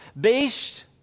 based